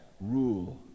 rule